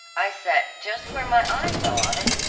i sat just where my eye fell on it,